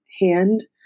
hand